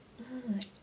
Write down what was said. mmhmm